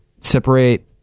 separate